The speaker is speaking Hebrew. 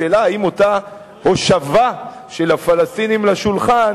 השאלה היא אם אותה הושבה של הפלסטינים לשולחן